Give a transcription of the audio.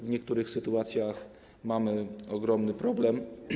W niektórych sytuacjach mamy z tym ogromny problem.